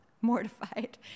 mortified